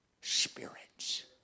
spirits